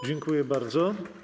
Dziękuję bardzo.